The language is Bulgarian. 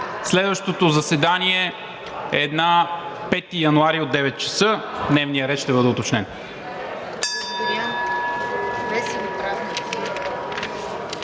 Следващото заседание е на 5 януари от 9,00 ч. Дневният ред ще бъде уточнен.